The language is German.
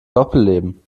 doppelleben